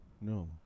No